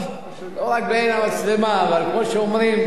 לא, לא רק בעין המצלמה, אבל כמו שאומרים,